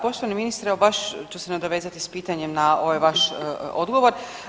Poštovani ministre evo baš ću se nadovezati s pitanjem na ovaj vaš odgovor.